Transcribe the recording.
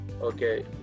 okay